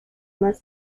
más